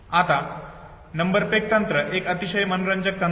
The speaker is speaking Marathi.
आता नंबर पेग तंत्र एक अतिशय मनोरंजक तंत्र आहे